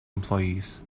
employees